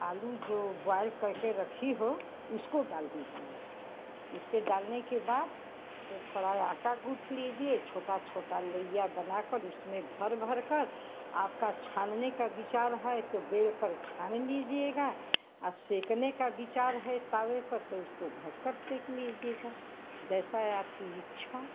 आलू जो बॉईल करके रखी हो उसको डाल दीजिए उसके डालने के बाद वो थोड़ा आटा गूँद लीजिए छोटी छोटी लोइयाँ बना कर उसमें भर भर कर आपका छानने का विचार है तो बेल कर छान लीजिएगा और सेंकने का विचार है तवे पर तो उसको सेंक लीजिएगा जैी आपकी इच्छा